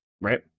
right